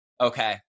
Okay